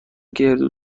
گردو